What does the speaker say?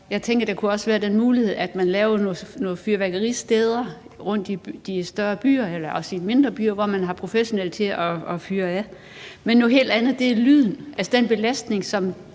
Jeg tænker, at der også kunne være den mulighed, at man lavede nogle fyrværkeristeder rundt i de større byer, eller også i mindre byer, hvor man har professionelle til at fyre det af. Men noget helt andet er lyden, altså den belastning,